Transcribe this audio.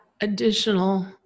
additional